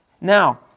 Now